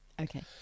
Okay